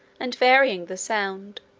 and varying the sound,